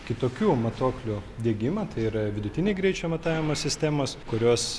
kitokių matuoklių diegimą tai yra vidutiniai greičio matavimo sistemos kurios